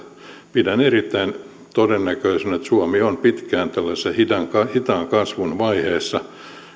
pidän erittäin todennäköisenä että suomi on pitkään tällaisessa hitaan hitaan kasvun vaiheessa